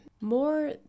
More